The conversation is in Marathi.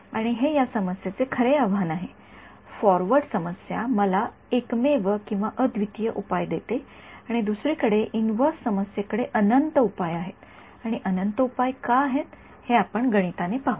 आणि हे या समस्येचे खरे आव्हान आहे फॉरवर्ड समस्या मला अद्वितीयएकमेव उपाय देते आणि दुसरीकडे इन्व्हर्स समस्येकडे अनंत उपाय आहेत आणि अनंत उपाय का आहेत हे आपण गणिताने पाहू